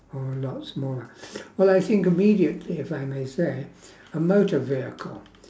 or a lot smaller well I think immediately if I may say a motor vehicle